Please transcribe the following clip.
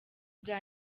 bwa